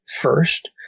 first